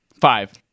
Five